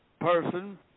person